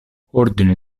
ordine